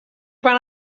van